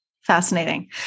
Fascinating